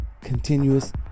continuous